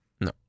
No